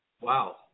Wow